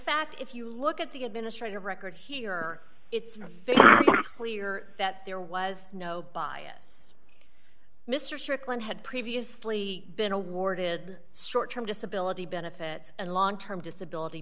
fact if you look at the administrative record here or it's very clear that there was no bias mr strickland had previously been awarded short term disability benefits and long term disability